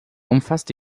umfasste